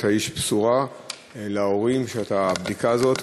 אתה איש בשורה להורים עם הבדיקה הזאת,